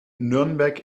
nürnberg